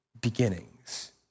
beginnings